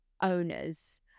owners